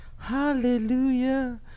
hallelujah